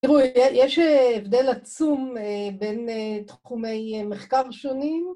תראו, יש הבדל עצום בין תחומי מחקר שונים.